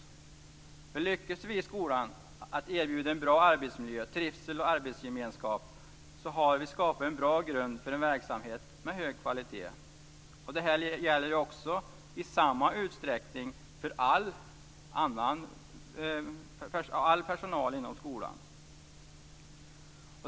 Om vi lyckas med att i skolan erbjuda en bra arbetsmiljö, trivsel och arbetsgemenskap har vi skapat en bra grund för en verksamhet med hög kvalitet. Detta gäller i samma utsträckning all personal inom skolan.